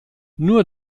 nur